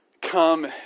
Come